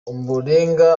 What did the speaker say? ombolenga